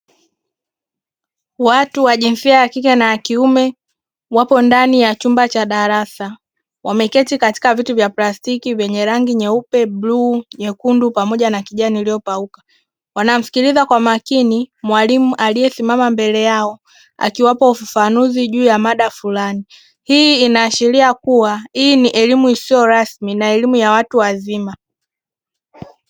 Watu wa jinsia ya kike na ya kiume wapo ndani ya chumba cha darasa, wameketi katika viti vya plastiki vyenye rangi nyeupe, blu, nyekundundu pamoja na kijani iliyopauka. Wanamsikiliza kwa makini mwalimu aliyesimama mbele yao akiwapa ufafanuzi juu ya mada fulani. Hii inaashiria kuwa hii ni elimu isiyo rasmi na elimu ya watu wazima.